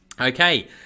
Okay